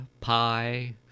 pie